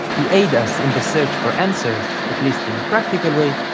to aid us in the search for answers, at least in a practical way,